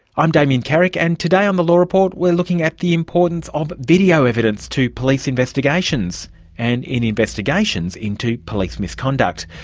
i'm damien carrick, and today on the law report we're looking at the importance of video evidence to police investigations and in investigations into police misconduct.